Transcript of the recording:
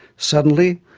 suddenly,